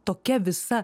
tokia visa